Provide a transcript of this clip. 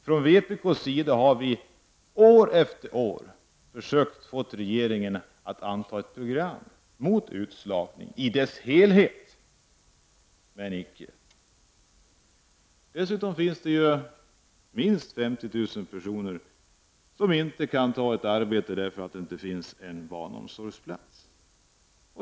Från vpk:s sida har vi år efter år försökt få regeringen att anta ett program mot utslagningen i dess helhet — men icke! Dessutom finns minst 50 000 personer som inte kan ta ett arbete därför att det inte finns en barnomsorgsplats.